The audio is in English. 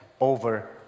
over